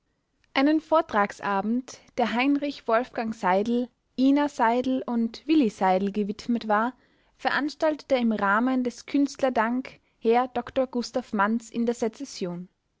einen vortragsabend der heinrich wolfgang seidel ina seidel und willy seidel gewidmet war veranstaltete im rahmen des künstlerdank herr dr gustav manz in der sezession